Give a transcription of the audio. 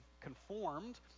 conformed